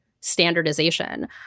standardization